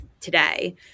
today